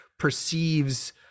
perceives